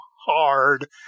hard